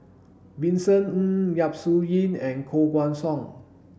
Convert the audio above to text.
Vincent Ng Yap Su Yin and Koh Guan Song